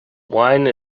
wine